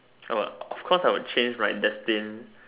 uh of course I will change right destine~